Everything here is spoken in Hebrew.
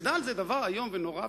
מחדל זה דבר איום ונורא,